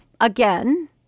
again